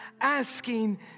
asking